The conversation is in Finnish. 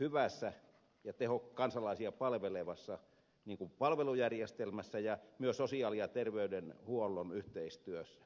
hyvässä ja kansalaisia palvelevassa palvelujärjestelmässä ja myös sosiaali ja terveydenhuollon yhteistyössä